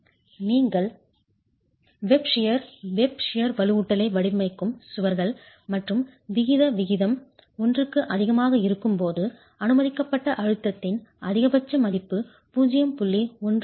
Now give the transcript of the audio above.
நீங்கள் web shear web shear வலுவூட்டலை வடிவமைக்கும் சுவர்கள் மற்றும் விகித விகிதம் ஒன்றுக்கு அதிகமாக இருக்கும் போது அனுமதிக்கப்பட்ட அழுத்தத்தின் அதிகபட்ச மதிப்பு 0